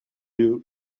you